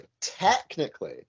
technically